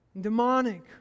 demonic